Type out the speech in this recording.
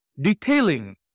detailing